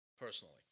personally